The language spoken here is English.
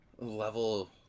Level